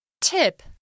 Tip